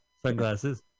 sunglasses